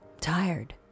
Tired